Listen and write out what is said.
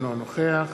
אינו נוכח